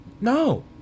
no